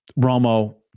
Romo